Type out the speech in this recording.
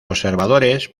observadores